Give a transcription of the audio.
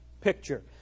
picture